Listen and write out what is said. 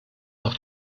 auch